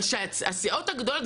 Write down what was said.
אבל הסיעות הגדולות,